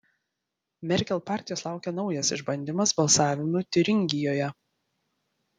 merkel partijos laukia naujas išbandymas balsavimu tiuringijoje